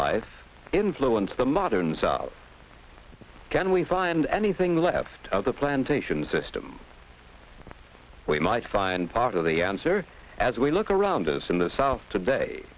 live influence the moderns are can we find anything left of the plantations system we might find part of the answer as we look around us in the south today